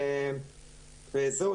זהו.